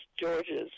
George's